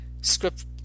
script